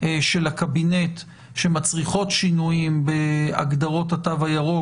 של הקבינט שמצריכות שינויים בהגדרות התו הירוק,